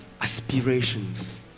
aspirations